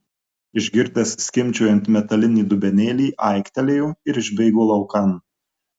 išgirdęs skimbčiojant metalinį dubenėlį aiktelėjo ir išbėgo laukan